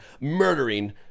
murdering